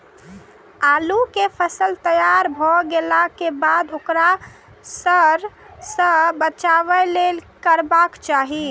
आलू केय फसल तैयार भ गेला के बाद ओकरा सड़य सं बचावय लेल की करबाक चाहि?